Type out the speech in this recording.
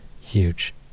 huge